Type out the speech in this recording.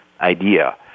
idea